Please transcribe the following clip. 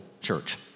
church